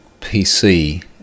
pc